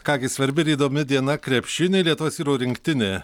ką gi svarbi ir įdomi diena krepšiniui lietuvos rinktinė